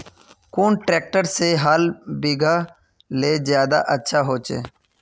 कुन ट्रैक्टर से हाल बिगहा ले ज्यादा अच्छा होचए?